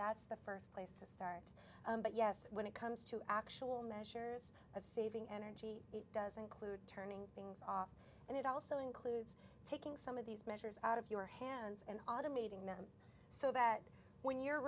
that's the first place to start but yes when it comes to actual measures of saving energy it does include turning things off and it also includes taking some of these measures out of your hands and automating them so that when you're